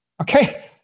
Okay